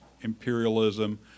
imperialism